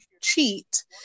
cheat